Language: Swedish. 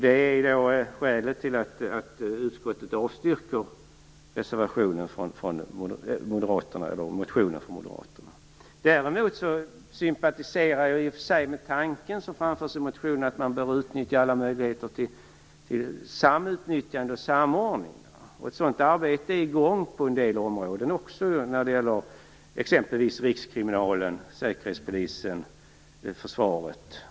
Det är skälet till att utskottet avstyrker motionen. Däremot sympatiserar jag med tanken som framförs i motionen att man bör utnyttja alla möjligheter till samutnyttjande och samordning. Ett sådant arbete pågår på en del områden, t.ex. när det gäller Rikskriminalen, Säkerhetspolisen och försvaret.